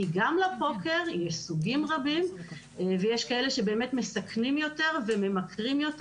כי גם בפוקר יש סוגים רבים ויש כאלה שבאמת מסכנים יותר וממכרים יותר.